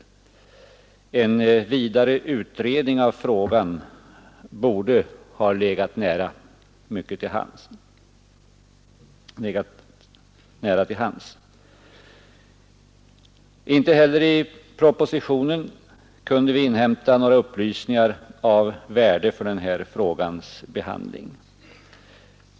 En vidare utredning av frågan borde ha legat mycket nära till hands. Inte heller i propositionen kunde vi inhämta några upplysningar av värde för frågans behandling.